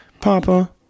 Papa